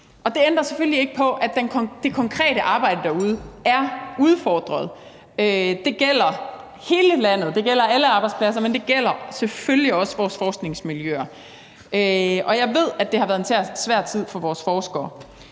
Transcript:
Det ændrer selvfølgelig ikke på, at det konkrete arbejde derude er udfordret. Det gælder hele landet, det gælder alle arbejdspladser, men det gælder selvfølgelig også vores forskningsmiljøer. Og jeg ved, at det har været en svær tid for vores forskere.